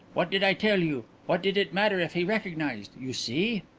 what did i tell you? what did it matter if he recognized? you see?